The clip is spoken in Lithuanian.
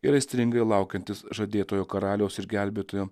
ir aistringai laukiantis žadėtojo karaliaus ir gelbėtojo